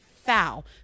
foul